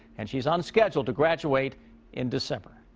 and she's on schedule to graduate in december.